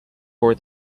for